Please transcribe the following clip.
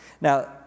Now